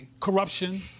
corruption